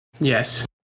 Yes